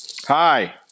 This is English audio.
hi